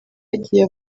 yagiye